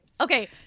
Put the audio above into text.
Okay